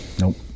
nope